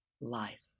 Life